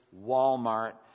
Walmart